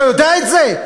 אתה יודע את זה?